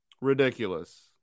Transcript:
ridiculous